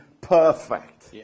perfect